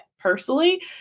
personally